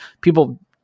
people